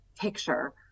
picture